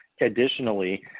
Additionally